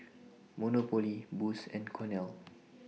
Monopoly Boost and Cornell